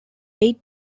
eight